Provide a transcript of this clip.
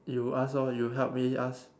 you ask hor you help me ask